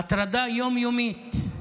הטרדה יום-יומית,